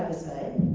say.